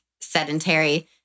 sedentary